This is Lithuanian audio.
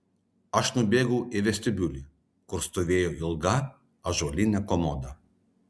aš nubėgau į vestibiulį kur stovėjo ilga ąžuolinė komoda